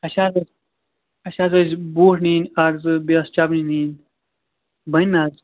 اَسہِ حظ ٲس اَسہِ حظ ٲسۍ بوٗٹھ نِنۍ اَکھ زٕ بیٚیہِ ٲس چَپنہٕ نِنۍ بَنہِ نا حظ